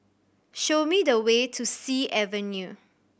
show me the way to Sea Avenue